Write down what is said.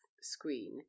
screen